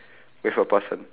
with a person